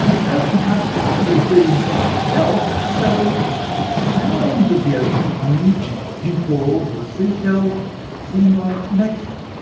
yeah the ocean can't possibly be inside the shell, so the sounds of the ocean coming from the pink walls of a seashell seem like magic.